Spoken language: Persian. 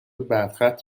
برخط